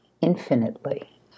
infinitely